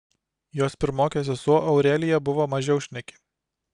jos pirmokė sesuo aurelija buvo mažiau šneki